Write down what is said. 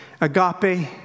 Agape